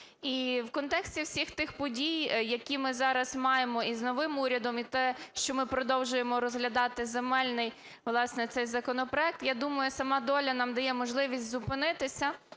і в контексті всіх тих подій, які ми зараз маємо і з новим урядом, і те, що ми продовжуємо розглядати земельний, власне, цей законопроект, я думаю, сама доля нам дає можливість зупинитися